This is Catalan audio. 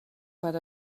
per